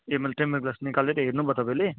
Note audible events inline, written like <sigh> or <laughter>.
ए <unintelligible> tempered glass निकालेर हेर्नु भयो तपाईँले